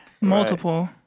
Multiple